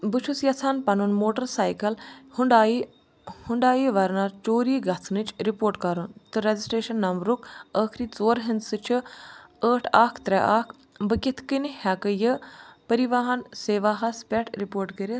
بہٕ چھُس یژھان پنُن موٹَر سایکَل ہُنٛڈایہِ ہُنٛڈایہِ وَرنا چوری گژھنٕچ رِپورٹ کَرُن تہٕ رَجِسٹرٛیشَن نمبرُک ٲخری ژور ہِنٛدسہٕ چھِ ٲٹھ اکھ ترٛےٚ اکھ بہٕ کِتھ کٔنۍ ہؠکہٕ یہِ پٔرِواہَن سیواہس پؠٹھ رِپورٹ کٔرِتھ